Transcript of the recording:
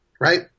right